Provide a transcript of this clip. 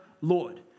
Lord